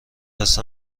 دست